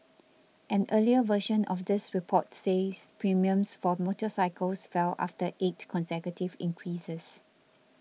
an earlier version of this report says premiums for motorcycles fell after eight consecutive increases